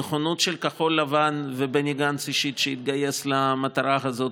נכונות של כחול לבן ובני גנץ אישית שהתגייס למטרה הזאת,